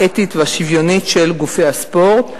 האתית והשוויונית של גופי הספורט,